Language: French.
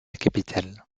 capitale